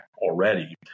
already